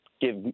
give